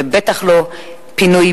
ובטח לא פינוי-בינוי,